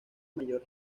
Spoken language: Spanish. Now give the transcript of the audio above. mayor